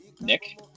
Nick